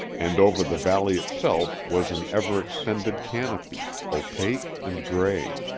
and over the valley itself was an ever-extending canopy, opaque and gray.